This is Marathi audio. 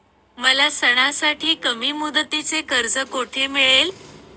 मला सणासाठी कमी मुदतीचे कर्ज कोठे मिळेल?